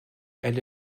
elle